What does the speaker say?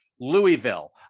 Louisville